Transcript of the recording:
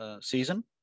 season